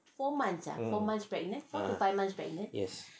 um ah yes